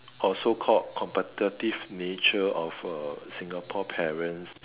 or so called competitive nature of a Singapore parents